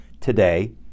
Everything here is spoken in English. today